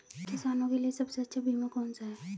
किसानों के लिए सबसे अच्छा बीमा कौन सा है?